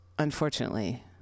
Unfortunately